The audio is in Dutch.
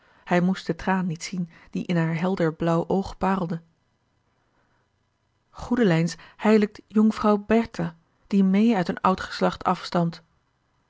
hij moest den traan niet zien die in haar helder blauw oog parelde goedelijns hijlikt jonkvrouw bertha die meê uit een oud geslacht afstamt